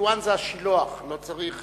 סילואן זה השילוח, לא צריך,